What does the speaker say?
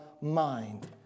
mind